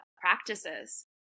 practices